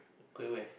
going where